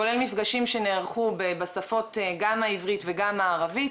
כולל מפגשים שנערכו בשפות גם עברית וגם ערבית,